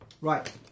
Right